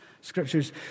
Scriptures